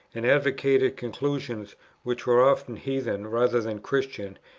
and advocated conclusions which were often heathen rather than christian,